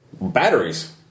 Batteries